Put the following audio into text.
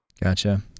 Gotcha